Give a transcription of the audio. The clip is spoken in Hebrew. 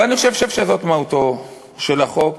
ואני חושב שזאת מהותו של החוק,